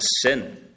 sin